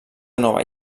nova